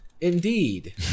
Indeed